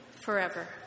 forever